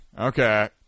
Okay